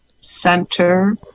Center